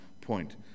point